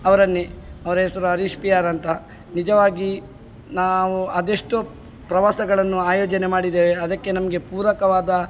ಅವರನ್ನೇ ಅವರ ಹೆಸರು ಹರೀಶ್ ಪಿ ಆರ್ ಅಂತ ನಿಜವಾಗಿ ನಾವು ಅದೆಷ್ಟೊ ಪ್ರವಾಸಗಳನ್ನು ಆಯೋಜನೆ ಮಾಡಿದ್ದೇವೆ ಅದಕ್ಕೆ ನಮಗೆ ಪೂರಕವಾದ